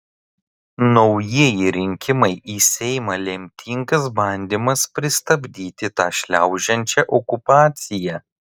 naujieji rinkimai į seimą lemtingas bandymas pristabdyti tą šliaužiančią okupaciją